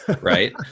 right